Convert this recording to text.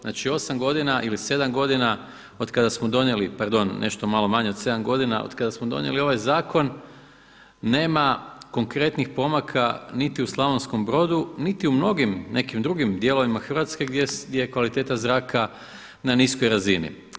Znači 8 godina ili 7 godina otkada smo donijeli, pardon, nešto malo manje od 7 godina otkada smo donijeli ovaj zakon nema konkretnih pomaka niti u Slavonskom Brodu niti u mnogim nekim drugim dijelovima Hrvatske gdje je kvaliteta zraka na niskoj razini.